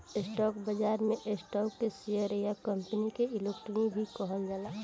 stock बाजार में stock के शेयर या कंपनी के इक्विटी भी कहाला